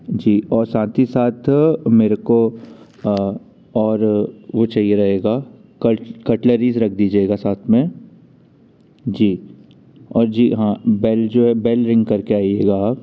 जी और साथ ही साथ मेरे को और वो कहिए रहेगा कट्लरीज रख दीजिएगा साथ में जी और जी हाँ बेल जो है बेल रिंग करके आइएगा आप